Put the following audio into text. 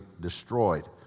destroyed